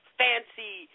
fancy